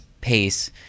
pace